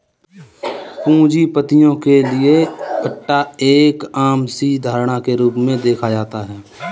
पूंजीपतियों के लिये पट्टा एक आम सी धारणा के रूप में देखा जाता है